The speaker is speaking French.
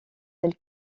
tel